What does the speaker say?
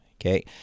okay